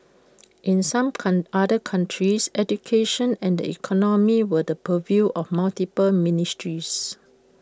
in some come other countries education and the economy were the purview of multiple ministries